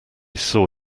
saw